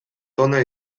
tona